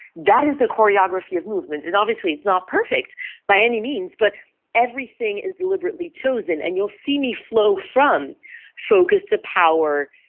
that is the choreography of movement and obviously it's not perfect by any means, but everything is deliberately chosen and you will see me flow from focus to power,